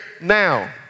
now